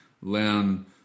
learn